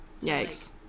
yikes